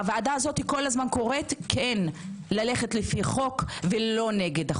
הוועדה הזו כל הזמן קוראת כן ללכת לפי חוק ולא נגד.